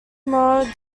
mao